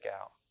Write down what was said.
out